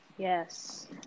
Yes